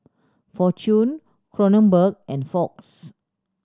Fortune Kronenbourg and Fox